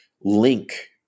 link